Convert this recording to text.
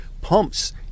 pumps